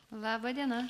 laba diena